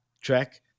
track